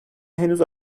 henüz